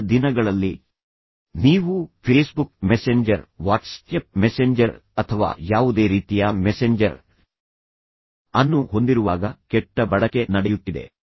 ಇಂದಿನ ದಿನಗಳಲ್ಲಿ ನೀವು ಫೇಸ್ಬುಕ್ ಮೆಸೆಂಜರ್ ವಾಟ್ಸ್ಆ್ಯಪ್ ಮೆಸೆಂಜರ್ ಅಥವಾ ಯಾವುದೇ ರೀತಿಯ ಮೆಸೆಂಜರ್ ಅನ್ನು ಹೊಂದಿರುವಾಗ ಕೆಟ್ಟ ಬಳಕೆ ನಡೆಯುತ್ತಿದೆ